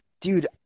Dude